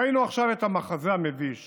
ראינו עכשיו את המחזה המביש